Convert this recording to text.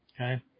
Okay